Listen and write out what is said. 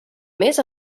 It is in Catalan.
mes